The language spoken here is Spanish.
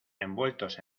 envueltos